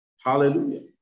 Hallelujah